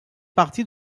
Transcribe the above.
partie